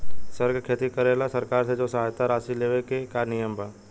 सर के खेती करेला सरकार से जो सहायता राशि लेवे के का नियम बा?